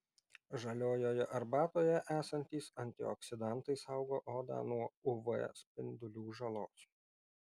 žaliojoje arbatoje esantys antioksidantai saugo odą nuo uv spindulių žalos